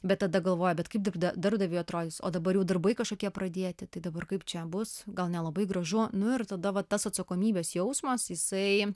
bet tada galvoji bet kaip darb darbdaviui atrodys o dabar darbai kažkokie pradėti tai dabar kaip čia bus gal nelabai gražu nu ir tada va tas atsakomybės jausmas jisai